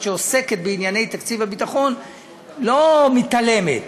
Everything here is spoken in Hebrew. שעוסקת בענייני תקציב הביטחון לא מתעלמת,